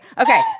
Okay